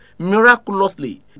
miraculously